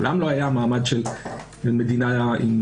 מעולם לא היה מעמד של מדינה דו-שפתית,